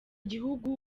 gihugu